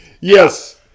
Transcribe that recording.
yes